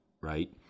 right